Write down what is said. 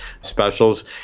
specials